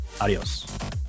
Adios